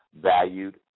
valued